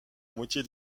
moitié